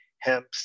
hemp